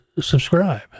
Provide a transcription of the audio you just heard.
subscribe